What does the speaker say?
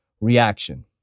reaction